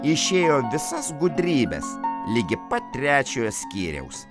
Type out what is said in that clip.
išėjo visas gudrybes ligi pat trečiojo skyriaus